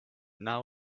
now